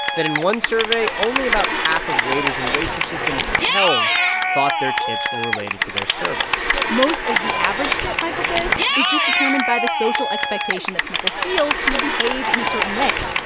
that in one survey, only about half of waiters and waitresses themselves thought their tips were related to their service most of the average tip, michael says, is just determined by the social expectation that people feel to behave in a certain way.